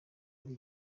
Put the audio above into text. ari